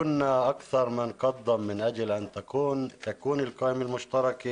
(תרגום): אנחנו פעלנו יותר מכולם על מנת שהרשימה המשותפת